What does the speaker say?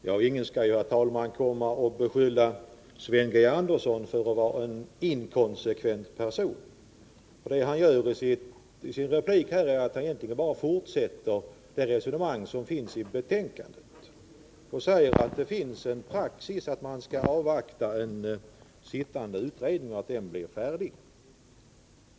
Herr talman! Ingen skall komma och beskylla Sven Andersson för att vara en inkonsekvent person. Det han gör i sin replik här är att han egentligen bara fortsätter det resonemang som förs i betänkandet och säger att praxis är att man skall avvakta att en sittande utredning blir färdig.